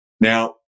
Now